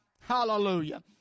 Hallelujah